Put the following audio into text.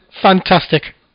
Fantastic